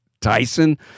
Tyson